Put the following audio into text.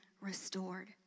restored